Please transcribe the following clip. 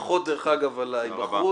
ברכות, דרך אגב, על ההיבחרות.